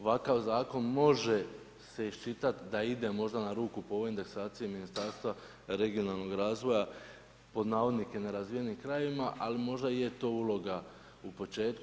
Ovakav zakon može se iščitati da ide možda na ruku po ovoj indeksaciji Ministarstva regionalnog razvoja pod navodnike nerazvijenim krajevima, ali možda je to uloga u početku.